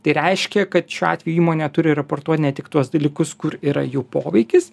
tai reiškia kad šiuo atveju įmonė turi raportuot ne tik tuos dalykus kur yra jų poveikis